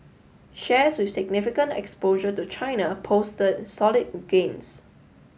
shares with significant exposure to China posted solid gains